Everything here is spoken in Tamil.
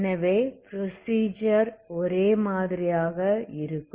எனவே ப்ரொசீஜர் ஒரே மாதிரியாக இருக்கும்